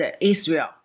Israel